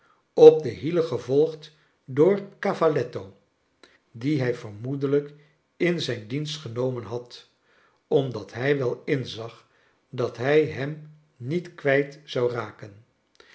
op de hielen gevolgd door cavalletto dien hij vermoedelijk in zijn dienst genomen had omdat hij wel inzag dat hij hem niet kwijt zou raken